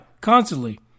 constantly